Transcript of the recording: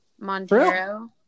Montero